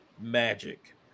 magic